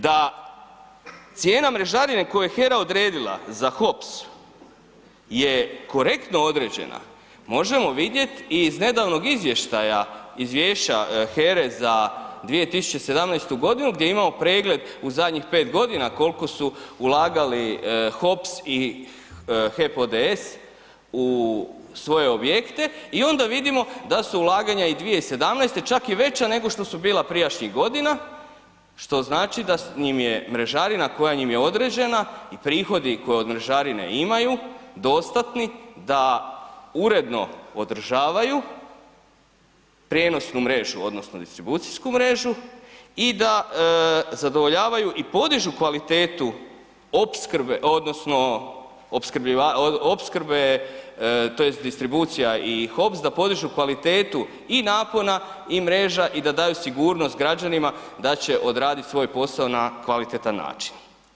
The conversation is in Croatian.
Da cijena mrežarine koju je HERA odredila HOPS je korektno određena možemo vidjeti i iz nedavnog izvještaja, izvješća HERE za 2017. godinu gdje imamo pregled u zadnjih 5 godina koliko su ulagali HOP i HEP ODS u svoje objekte i onda vidimo da su ulaganja i 2017. čak i veća nego što su bila prijašnjih godina što znači da im je mrežarina koja im je određena i prihodi koje od mrežarine imaju dostatni da uredno održavaju prijenosnu mrežu odnosno distribucijsku mrežu i da zadovoljavaju i podižu kvalitetu opskrbe odnosno opskrbljivača, opskrbe tj. distribucija i HOPS da podižu kvalitetu i napona i mreža i da daju sigurnost građanima da će odraditi svoj posao na kvalitetan način.